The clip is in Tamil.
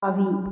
தாவி